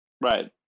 Right